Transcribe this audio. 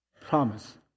promise